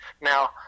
now